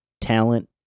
talent